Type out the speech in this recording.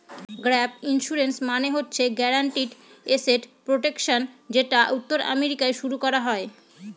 gap insurance মানে হচ্ছে guaranteed asset protection যেটা উত্তর আমেরিকায় শুরু করা হয়